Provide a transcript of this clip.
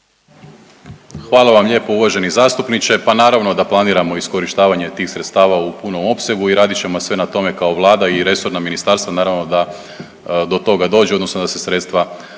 Hvala vam lijepo uvaženi zastupniče, pa naravno da planiramo iskorištavanje tih sredstava u punom opsegu i radit ćemo sve na tome kao vlada i resorna ministarstva naravno da do toga dođe odnosno da se sredstva